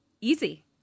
easy